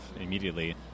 immediately